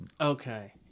Okay